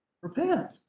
repent